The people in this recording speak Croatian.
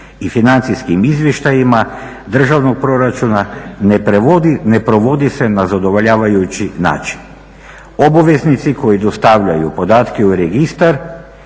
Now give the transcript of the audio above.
i financijskim izvještajima državnog proračuna ne provodi se na zadovoljavajući način. Obaveznici koji dostavljaju podatke u registar